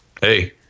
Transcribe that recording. Hey